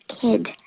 kid